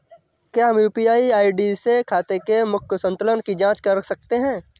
क्या हम UPI ID से खाते के मूख्य संतुलन की जाँच कर सकते हैं?